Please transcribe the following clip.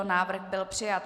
Návrh byl přijat.